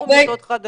לוועדה.